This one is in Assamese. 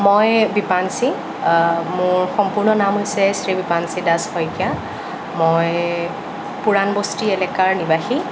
মই বিপাংশী মোৰ সম্পূৰ্ণ নাম হৈছে শ্ৰী বিপাংশী দাস শইকীয়া মই পুৰাণ বস্তি এলেকাৰ নিবাসী